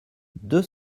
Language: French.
deux